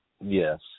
Yes